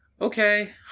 okay